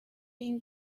been